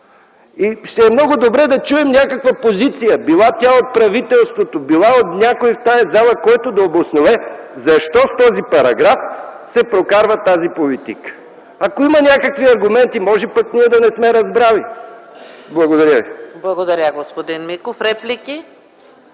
е. Ще е много добре да чуем някаква позиция, било то от правителството, било от някой от тая зала, който да обоснове защо с този параграф се прокарва тази политика. Ако има някакви аргументи?! Може пък ние да не сме разбрали?! Благодаря ви. ПРЕДСЕДАТЕЛ ЕКАТЕРИНА